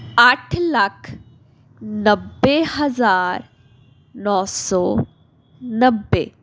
ਅੱਠ ਲੱਖ ਨੱਬੇ ਹਜ਼ਾਰ ਨੌ ਸੌ ਨੱਬੇ